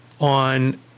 on